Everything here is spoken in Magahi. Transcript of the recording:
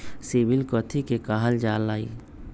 सिबिल कथि के काहल जा लई?